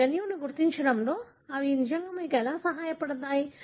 ఇప్పుడు జన్యువును గుర్తించడంలో అవి నిజంగా మీకు ఎలా సహాయపడతాయి